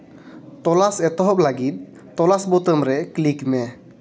ᱛᱚᱞᱟᱥ ᱮᱛᱚᱦᱚᱵ ᱞᱟᱹᱜᱤᱫ ᱛᱚᱞᱟᱥ ᱵᱳᱛᱟᱢ ᱨᱮ ᱠᱞᱤᱠ ᱢᱮ